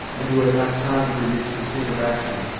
and who had not time to reach the scene of action,